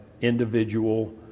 individual